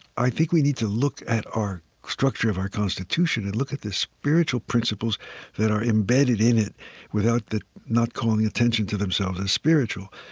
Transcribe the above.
i think we need to look at our structure of our constitution and look at the spiritual principles that are embedded in it without not calling attention to themselves as spiritual.